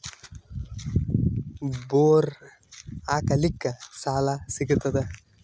Bore ಹಾಕಲಿಕ್ಕ ಸಾಲ ಸಿಗತದ?